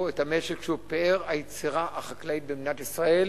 את המשק שהוא פאר היצירה החקלאית במדינת ישראל,